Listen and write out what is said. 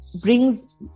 brings